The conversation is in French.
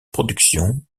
production